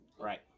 right